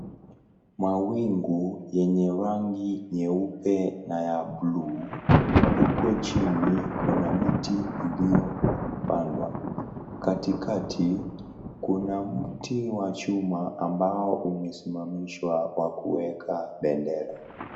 Mawingu yenye rangi nyeupe na ya blue9cs) huku chini kuna mti ulio pandwa, katikati kuna mti wa chuma uliosimamishwa kwa kuweka bendera.